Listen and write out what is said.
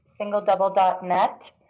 singledouble.net